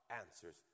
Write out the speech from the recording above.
answers